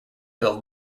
build